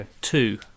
two